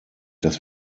dass